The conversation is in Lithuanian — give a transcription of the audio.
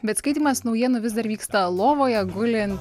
bet skaitymas naujienų vis dar vyksta lovoje gulint